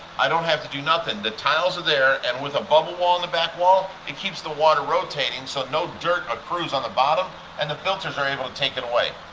i don't have to do nothing. the tiles are there and with a bubble wall on the back wall it keeps the water rotating so no dirt accrues on the bottom and the filters are able to take it away.